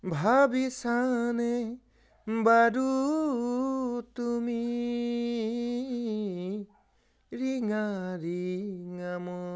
ভাবিছানে বাৰু তুমি ৰিঙা ৰিঙা মনে